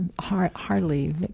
hardly